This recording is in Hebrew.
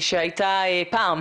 שהייתה פעם.